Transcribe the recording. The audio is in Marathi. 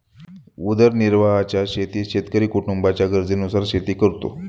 उदरनिर्वाहाच्या शेतीत शेतकरी कुटुंबाच्या गरजेनुसार शेती करतो